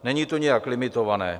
Není to nijak limitované.